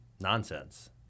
nonsense